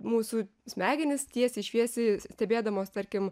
mūsų smegenys tiesiai šviesiai stebėdamos tarkim